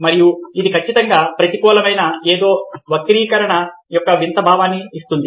మరియు ఇది ఖచ్చితంగా ప్రతికూలమైన ఏదో వక్రీకరణ యొక్క వింత భావాన్ని ఇస్తుంది